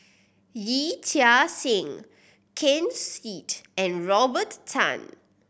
Yee Chia Hsing Ken Seet and Robert Tan